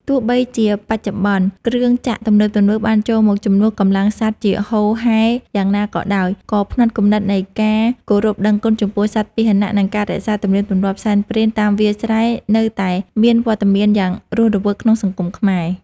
ទោះបីជាបច្ចុប្បន្ន គ្រឿងចក្រទំនើបៗបានចូលមកជំនួសកម្លាំងសត្វជាហូរហែយ៉ាងណាក៏ដោយ ក៏ផ្នត់គំនិតនៃការគោរពដឹងគុណចំពោះសត្វពាហនៈ និងការរក្សាទំនៀមទម្លាប់សែនព្រេនតាមវាលស្រែនៅតែមានវត្តមានយ៉ាងរស់រវើកក្នុងសង្គមខ្មែរ។